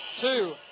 two